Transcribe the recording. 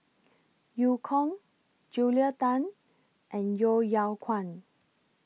EU Kong Julia Tan and Yeo Yeow Kwang